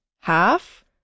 half